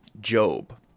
Job